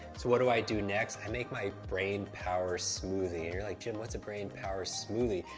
so, what do i do next? i make my brain power smoothie. and you're like, jim, what's a brain power smoothie?